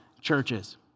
churches